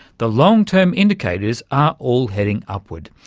the long-term indicators are all heading upward,